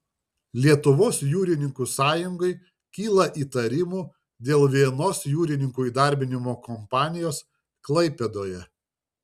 lietuvos jūrininkų sąjungai kyla įtarimų dėl vienos jūrininkų įdarbinimo kompanijos klaipėdoje